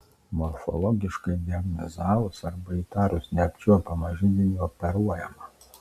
morfologiškai diagnozavus arba įtarus neapčiuopiamą židinį operuojama